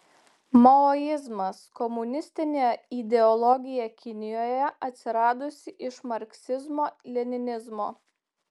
maoizmas komunistinė ideologija kinijoje atsiradusi iš marksizmo leninizmo